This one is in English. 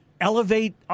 elevate